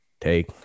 Take